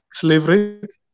slavery